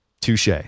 Touche